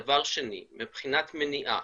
דבר שני, מבחינת מניעה.